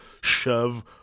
shove